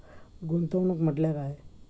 गुंतवणूक म्हटल्या काय?